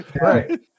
right